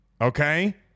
Okay